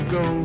go